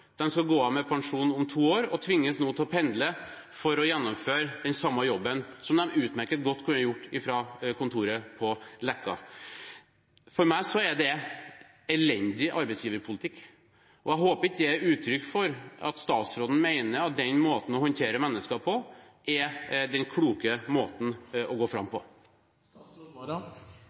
gå av med pensjon om to år og tvinges nå til å pendle for å gjennomføre den samme jobben som de utmerket godt kunne gjort fra kontoret på Leka. For meg er det elendig arbeidsgiverpolitikk, og jeg håper det ikke er et uttrykk for at statsråden mener at den måten å håndtere mennesker på er den kloke måten å gå fram